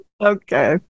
okay